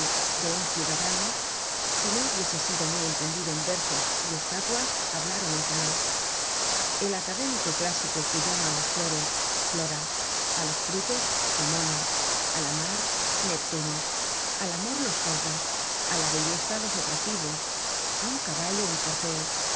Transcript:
de un ciudadano si no hubiese sido muy entendido en versos y estatuas hablaron en caló el académico clásico que llama á las flores flora á los frutos pomona á la mar neptuno al amor los fuegos á la belleza los atractivos á un caballo un corcel